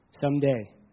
someday